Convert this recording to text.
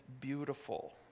beautiful